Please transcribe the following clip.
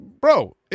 bro